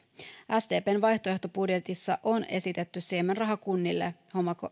sdpn vaihtoehtobudjetissa on esitetty siemenrahaa kunnille